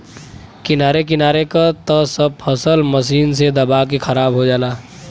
किनारे किनारे क त सब फसल मशीन से दबा के खराब हो जाला